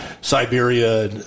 Siberia